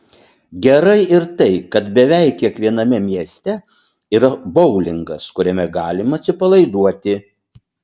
gerai ir tai kad beveik kiekviename mieste yra boulingas kuriame galima atsipalaiduoti